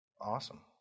Awesome